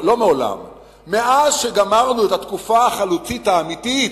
מאז שגמרנו את התקופה החלוצית האמיתית,